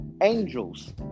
angels